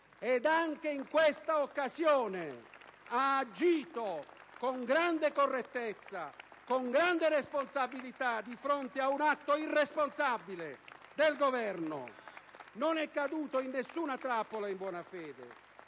ed anche in questa occasione ha agito con grande correttezza e grande responsabilità di fronte a un atto irresponsabile del Governo; non è caduto in nessuna trappola in buona fede.